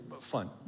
fun